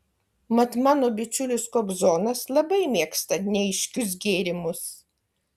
mat mano bičiulis kobzonas labai mėgsta neaiškius gėrimus